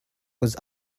was